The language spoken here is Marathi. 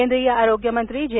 केंद्रीय आरोग्य मंत्री जे